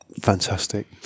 Fantastic